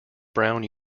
brown